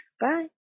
Bye